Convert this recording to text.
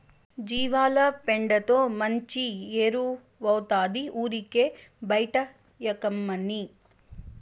జీవాల పెండతో మంచి ఎరువౌతాది ఊరికే బైటేయకమ్మన్నీ